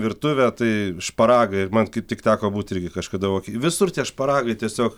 virtuvę tai šparagai ir man kaip tik teko būt irgi kažkada visur tie šparagai tiesiog